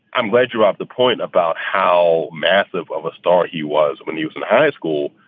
i'm glad you off the point about how massive of a star he was when he was in high school.